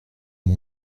mon